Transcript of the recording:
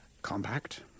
Compact